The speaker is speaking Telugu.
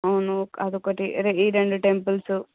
అవును అది ఒకటి ఈ రెండు టెంపుల్స్